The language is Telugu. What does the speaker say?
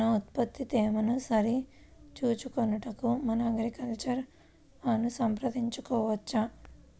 మన ఉత్పత్తి తేమను సరిచూచుకొనుటకు మన అగ్రికల్చర్ వా ను సంప్రదించవచ్చా?